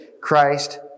Christ